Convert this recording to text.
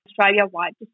Australia-wide